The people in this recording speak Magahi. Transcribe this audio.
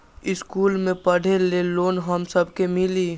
इश्कुल मे पढे ले लोन हम सब के मिली?